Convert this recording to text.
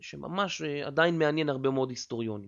שממש עדיין מעניין הרבה מאוד היסטוריונים.